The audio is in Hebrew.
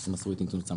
הם מסרו את התנצלותם.